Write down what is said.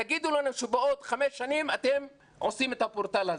תגידו לנו שבעוד חמש שנים אתם עושים את הפורטל הזה,